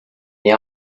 the